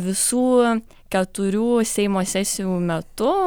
visų keturių seimo sesijų metu